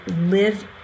live